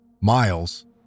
Miles